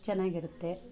ಚೆನ್ನಾಗಿರುತ್ತೆ